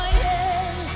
yes